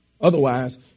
Otherwise